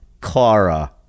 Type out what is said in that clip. Clara